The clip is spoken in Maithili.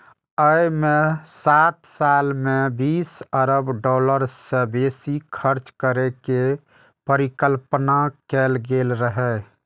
अय मे सात साल मे बीस अरब डॉलर सं बेसी खर्च करै के परिकल्पना कैल गेल रहै